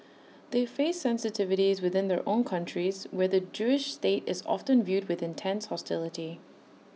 they face sensitivities within their own countries where the Jewish state is often viewed with intense hostility